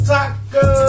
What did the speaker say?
Taco